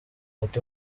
ati